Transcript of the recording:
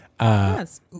Yes